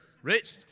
Rich